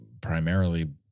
primarily